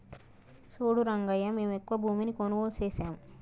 సూడు రంగయ్యా మేము ఎక్కువ భూమిని కొనుగోలు సేసాము